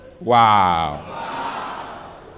wow